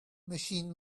machine